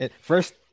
First